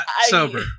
sober